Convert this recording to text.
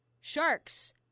Sharks